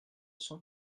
cent